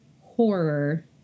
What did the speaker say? horror